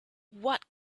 what